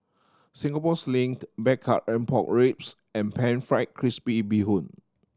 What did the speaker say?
Singapore Sling Blackcurrant Pork Ribs and Pan Fried Crispy Bee Hoon